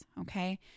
Okay